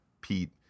pete